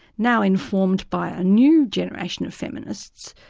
now informed by a new generation of feminists,